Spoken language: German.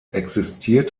existiert